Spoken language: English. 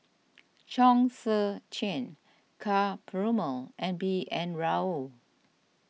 Chong Tze Chien Ka Perumal and B N Rao